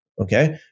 Okay